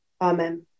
Amen